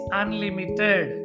unlimited